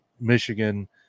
Michigan